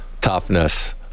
toughness